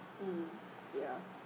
mm ya